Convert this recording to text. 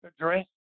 address